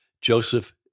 Joseph